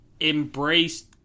embraced